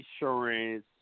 insurance